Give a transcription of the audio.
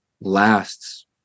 lasts